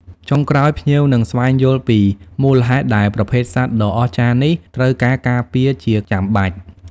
ចុងក្រោយ ភ្ញៀវនឹងស្វែងយល់ពី មូលហេតុដែលប្រភេទសត្វដ៏អស្ចារ្យនេះត្រូវការការការពារជាចាំបាច់។